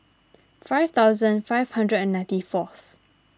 five thousand five hundred and ninety fourth